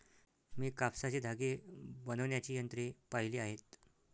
मी कापसाचे धागे बनवण्याची यंत्रे पाहिली आहेत